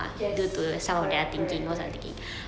yes correct correct correct